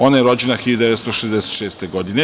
Ona je rođena 1966. godine.